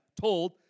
told